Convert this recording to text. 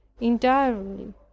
entirely